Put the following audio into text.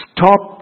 Stop